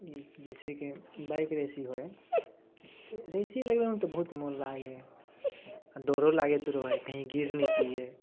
ई जइसेकि बाइक रेसिन्गमे रेसी होइ तऽ रेसे लगबैमे तऽ बहुत मोन लागे हइ आओर डरो लागैत रहै हइ कहीँ गिर नहि जाइए